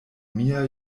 mia